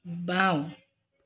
বাওঁ